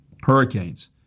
hurricanes